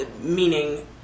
meaning